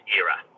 era